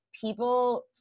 people